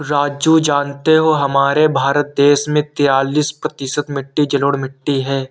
राजू जानते हो हमारे भारत देश में तिरालिस प्रतिशत मिट्टी जलोढ़ मिट्टी हैं